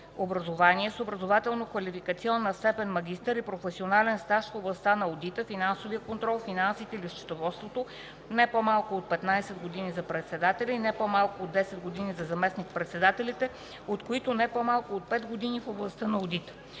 образование с образователно-квалификационна степен „магистър” и професионален стаж в областта на одита, финансовия контрол, финансите или счетоводството не по-малко от 15 години за председателя и не по-малко от 10 години за заместник-председателите, от които не по-малко от 5 години в областта на одита”.